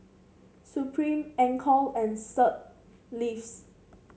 Supreme Anchor and Sir